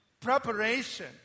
preparation